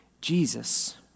Jesus